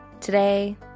Today